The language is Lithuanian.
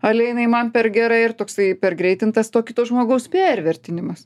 ale jinai man per gera ir toksai pergreitintas to kito žmogaus pervertinimas